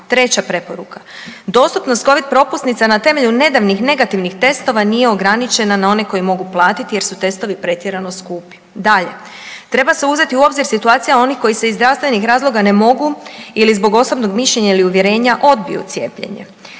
Treća preporuka, dostupnost Covid propusnica na temelju nedavnih negativnih testova nije ograničena na one koji mogu platiti jer su testovi pretjerano skupi. Dalje, treba se uzeti u obzir situacija onih koji se iz zdravstvenih razloga ne mogu ili zbog osobnog mišljenja ili uvjerenja odbiju cijepljenje.